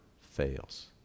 fails